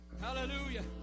Hallelujah